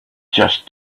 just